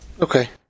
Okay